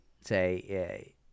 say